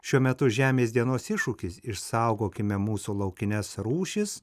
šiuo metu žemės dienos iššūkis išsaugokime mūsų laukines rūšis